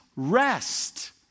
rest